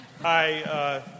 Hi